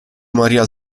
maria